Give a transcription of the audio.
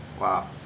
wow